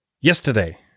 Yesterday